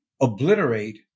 obliterate